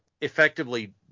effectively